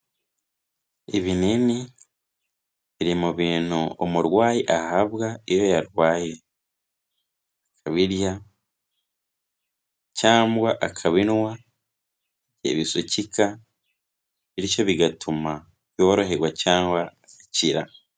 Ibinini biri mu bintu umurwayi ahabwa iyo yarwaye, akabirya cyangwa akabinywa, igihe bisukika, bityo bigatuma yoroherwa cyangwa akira.